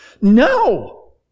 No